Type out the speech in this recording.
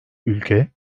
ülke